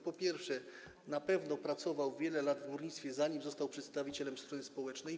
Po pierwsze, na pewno pracował wiele lat w górnictwie, zanim został przedstawicielem strony społecznej.